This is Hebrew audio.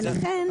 לזה את מתכוונת?